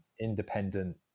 independent